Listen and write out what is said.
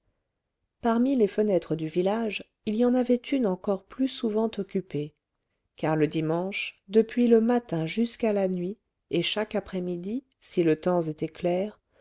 parmi les fenêtres du village il y en avait une encore plus souvent occupée car le dimanche depuis le matin jusqu'à la nuit et chaque après-midi si le temps était clair